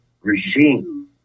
regime